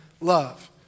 love